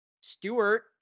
Stewart